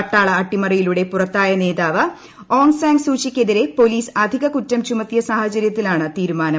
പട്ടാള അട്ടിമറിയിലൂടെ പുറത്തായ നേതാവ് ഔങ്ങ് സാങ്ങ് സൂചിക്കെതിരെ പോലീസ് അധിക കുറ്റം ചുമത്തിയ സാഹചര്യത്തിലാണ് തീരുമാനം